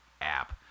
app